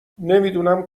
نمیدونم